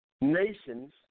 nations